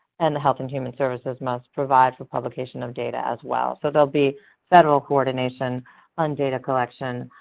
and health and human services must provide for publication of data as well. so there'll be federal coordination on data collection,